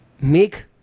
make